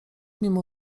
mimo